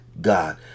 God